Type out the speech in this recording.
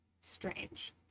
strange